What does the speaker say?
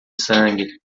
sangue